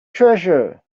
treasure